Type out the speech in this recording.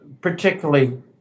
particularly